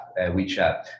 WeChat